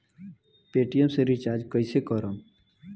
Paytm से recharge कईसे करम?